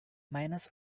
miners